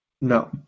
No